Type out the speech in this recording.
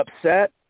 upset